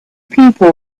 people